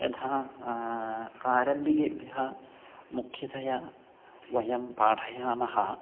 यथा प्रारम्भिकेभ्यः मुख्यतया वयं पाठयामः